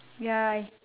ya